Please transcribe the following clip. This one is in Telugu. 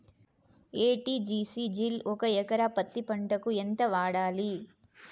ఎ.టి.జి.సి జిల్ ఒక ఎకరా పత్తి పంటకు ఎంత వాడాలి?